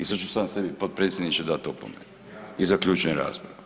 I sad ću sam sebi potpredsjedniče dat opomenu i zaključujem raspravu.